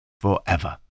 forever